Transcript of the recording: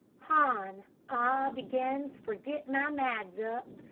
han' ah begins for get my mads up.